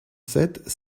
sept